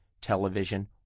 television